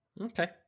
Okay